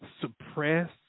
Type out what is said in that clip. suppress